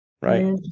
right